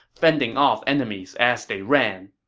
fending off enemies as they ran